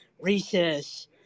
recess